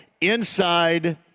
inside